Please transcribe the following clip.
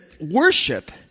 worship